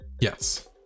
Yes